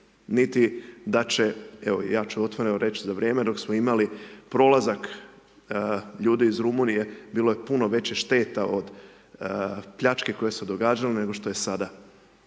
niti da će, evo ja ću otvoreno reći, za vrijeme dok smo imali prolazak ljudi iz Rumunije, bilo je puno većih šteta od, pljačke koja se događala, nego što je sada.